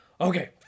Okay